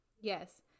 Yes